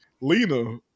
Lena